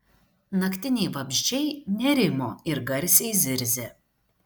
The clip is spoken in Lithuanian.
naktiniai vabzdžiai nerimo ir garsiai zirzė